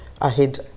ahead